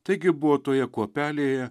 taigi buvo toje kuopelėje